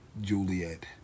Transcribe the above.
Juliet